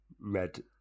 red